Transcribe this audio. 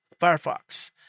Firefox